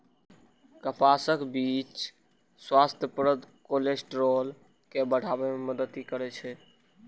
कपासक बीच स्वास्थ्यप्रद कोलेस्ट्रॉल के बढ़ाबै मे मदति करै छै